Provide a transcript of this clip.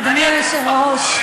אדוני היושב-ראש,